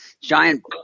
giant